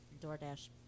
DoorDash